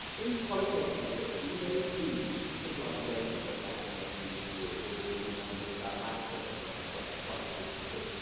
in qualitative research we may do a simple observation of what's happening in a community or or you might be looking down a microscope for example, that is qualitative research.